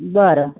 बरं